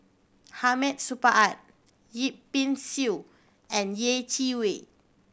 Hamid Supaat Yip Pin Xiu and Yeh Chi Wei